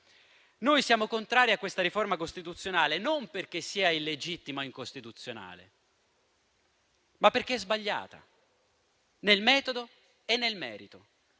Noi siamo contrari a questa riforma costituzionale, non perché sia illegittima o incostituzionale, ma perché è sbagliata nel metodo e nel merito.